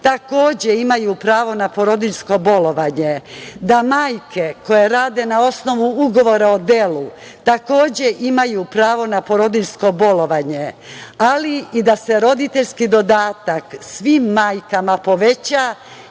takođe imaju pravo na porodiljsko bolovanje, da majke koje rade na osnovu ugovora o delu, takođe imaju pravo na porodiljsko bolovanje, ali i da se roditeljski dodatak svim majkama poveća